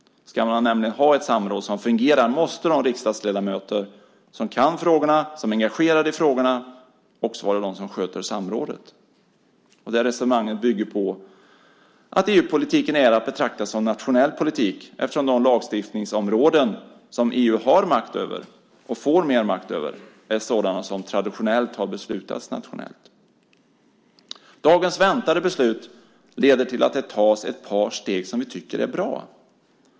Ska man ha ett samråd som fungerar måste de riksdagsledamöter som kan och är engagerade i frågorna också vara de som sköter samrådet. Detta resonemang bygger på att EU-politiken är att betrakta som nationell politik, eftersom de lagstiftningsområden som EU har makt över och får mer makt över är sådana som traditionellt har beslutats nationellt. Dagens väntade beslut leder till att det tas ett par steg som vi tycker är bra.